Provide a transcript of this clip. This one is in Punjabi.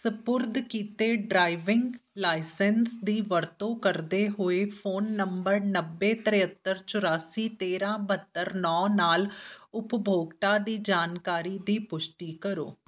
ਸਪੁਰਦ ਕੀਤੇ ਡ੍ਰਾਇਵਿੰਗ ਲਾਇਸੈਂਸ ਦੀ ਵਰਤੋਂ ਕਰਦੇ ਹੋਏ ਫ਼ੋਨ ਨੰਬਰ ਨੱਬੇ ਤਿਹੱਤਰ ਚੁਰਾਸੀ ਤੇਰ੍ਹਾਂ ਬਹੱਤਰ ਨੌਂ ਨਾਲ ਉਪਭੋਗਤਾ ਦੀ ਜਾਣਕਾਰੀ ਦੀ ਪੁਸ਼ਟੀ ਕਰੋ